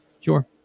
Sure